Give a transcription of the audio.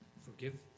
forgive